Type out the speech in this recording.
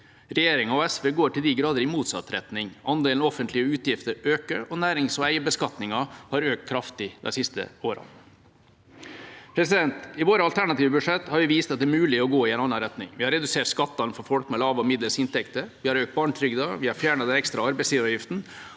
Regjeringen og SV går til de grader i motsatt retning. Andelen offentlige utgifter øker, og nærings- og eierbeskatningen har økt kraftig de siste årene. I våre alternative budsjetter har vi vist at det er mulig å gå i en annen retning. Vi har redusert skattene for folk med lave og middels inntekter, økt barnetrygden, fjernet den ekstra arbeidsgiveravgiften